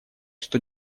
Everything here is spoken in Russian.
что